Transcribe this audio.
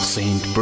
Saint